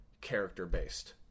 character-based